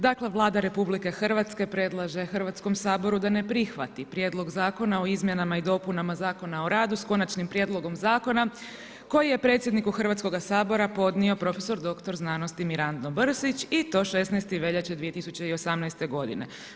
Dakle Vlada RH predlaže Hrvatskom saboru da ne prihvati Prijedlog zakona o izmjenama i dopunama Zakona o radu, s Konačnim prijedlogom Zakona koji je predsjedniku Hrvatskoga sabora podnio podnio prof.dr.sc. MIrando Mrsić i to 16. veljače 2018. godine.